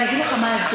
אני אגיד לך מה ההבדל,